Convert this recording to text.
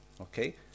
Okay